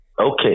Okay